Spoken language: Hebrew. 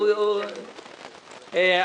ראשית,